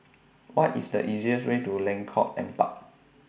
What IS The easiest Way to Lengkong Empat